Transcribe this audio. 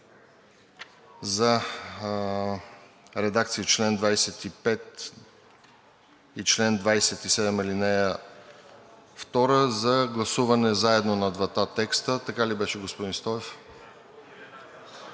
за редакция на чл. 25 и чл. 27, ал. 2 за гласуване заедно на двата текста. Така ли беше, господин Стоев?